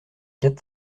quatre